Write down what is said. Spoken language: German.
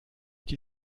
die